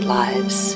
lives